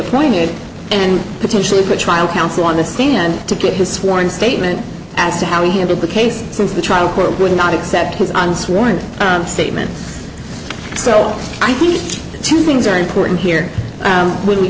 appointed and potentially put trial counsel on the stand to give his sworn statement as to how he handled the case since the trial court would not accept his on sworn statements so i think two things are important here when we